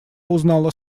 узнала